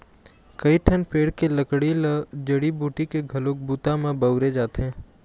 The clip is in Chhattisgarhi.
कइठन पेड़ के लकड़ी ल जड़ी बूटी के घलोक बूता म बउरे जाथे